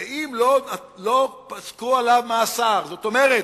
זה אם לא פסקו לו מאסר, זאת אומרת,